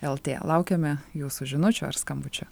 lt laukiame jūsų žinučių ar skambučio